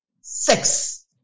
sex